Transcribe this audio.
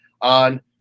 on